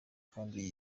kandi